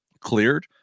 cleared